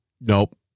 nope